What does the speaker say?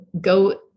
go